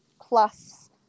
plus